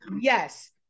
Yes